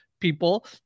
people